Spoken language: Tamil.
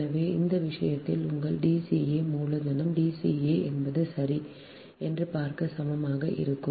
எனவே அந்த விஷயத்தில் உங்கள் D ca மூலதனம் D ca என்பது சரி என்று பார்க்க சமமாக இருக்கும்